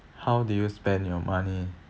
how do you spend your money